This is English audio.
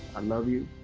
i love you,